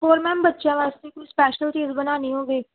ਹੋਰ ਮੈਮ ਬੱਚਿਆਂ ਵਾਸਤੇ ਕੁਝ ਸਪੈਸ਼ਲ ਚੀਜ਼ ਬਣਾਉਣੀ ਹੋਵੇ